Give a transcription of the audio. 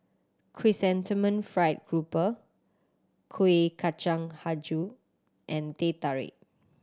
Chrysanthemum Fried Grouper Kuih Kacang Hijau and Teh Tarik